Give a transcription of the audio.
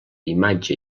imatge